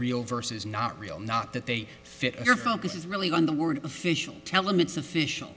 real versus not real not that they fit your focus is really on the word official tell him it's official